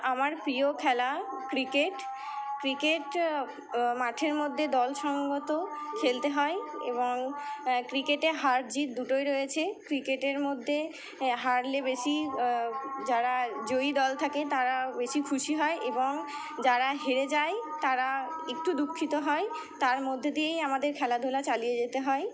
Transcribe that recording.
আমার প্রিয় খেলা ক্রিকেট ক্রিকেট মাঠের মধ্যে দলসঙ্গত খেলতে হয় এবং ক্রিকেটে হার জিত দুটোই রয়েছে ক্রিকেটের মধ্যে এ হারলে বেশি যারা জয়ী দল থাকে তারা বেশি খুশি হয় এবং যারা হেরে যায় তারা একটু দুঃখিত হয় তার মধ্যে দিয়েই আমাদের খেলাধুলা চালিয়ে যেতে হয়